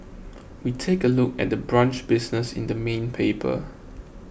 we take a look at the brunch business in the main paper